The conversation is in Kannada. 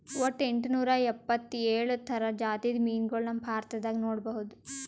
ವಟ್ಟ್ ಎಂಟನೂರಾ ಎಪ್ಪತ್ತೋಳ್ ಥರ ಜಾತಿದ್ ಮೀನ್ಗೊಳ್ ನಮ್ ಭಾರತದಾಗ್ ನೋಡ್ಬಹುದ್